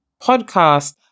podcast